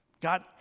God